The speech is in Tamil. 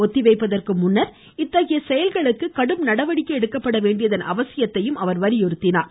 ஒத்திவைப்பதற்கு முன்னதாக இத்தகைய செயல்களுக்கு கடும் நடவடிக்கை எடுக்கப்பட வேண்டியதன் அவசியத்தையும் அவர் வலியுறுத்தினார்